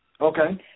Okay